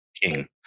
King